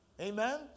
amen